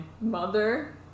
mother